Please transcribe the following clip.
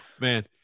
man